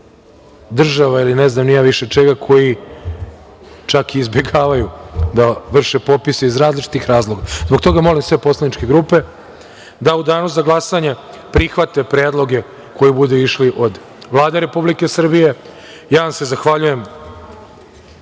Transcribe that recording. država ili ne znam ni ja više čega, koji čak izbegavaju da vrše popise iz različitih razloga. Zbog toga molim sve poslaničke grupe da u danu za glasanje prihvate predloge koji budu išli od Vlade Republike Srbije. Zahvaljujem